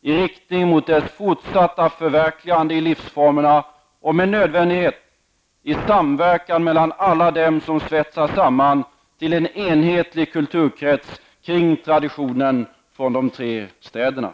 i riktning mot dess fortsatta förverkligande i livsformerna och -- med nödvändighet -- i samverkan mellan alla dem som svetsats samman till en enhetlig kulturkrets kring traditionen från de tre städerna.''